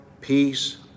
peace